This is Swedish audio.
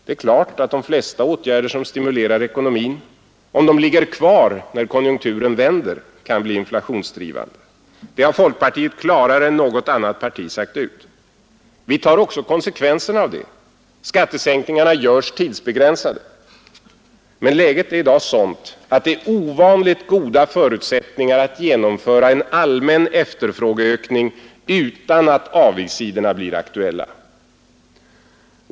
Det är klart att de flesta åtgärder som stimulerar ekonomin — om de ligger kvar när konjunkturen vänder — kan bli inflationsdrivande. Det har folkpartiet klarare än något annat parti sagt ut. Vi tar också konsekvenserna av det. Skattesänkningarna görs tidsbegränsade. Men läget är i dag sådant att det är ovanligt goda förutsättningar att genomföra en allmän efterfrågeökning utan att avigsidorna blir aktuella.